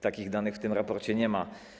Takich danych w tym raporcie nie ma.